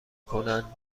کنند